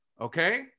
Okay